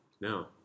No